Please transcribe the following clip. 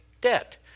debt